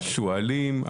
השועלים,